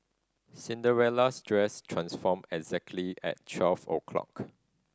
Cinderella's dress transformed exactly at twelve o'clock